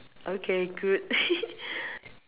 okay good